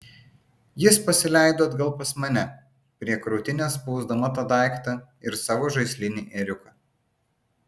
ji pasileido atgal pas mane prie krūtinės spausdama tą daiktą ir savo žaislinį ėriuką